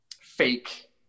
fake